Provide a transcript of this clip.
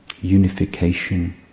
unification